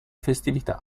festività